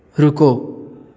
ਰੁਕੋ